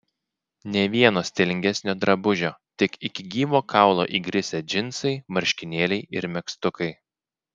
nė vieno stilingesnio drabužio tik iki gyvo kaulo įgrisę džinsai marškinėliai ir megztukai